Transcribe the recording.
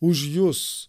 už jus